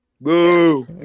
Boo